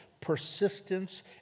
persistence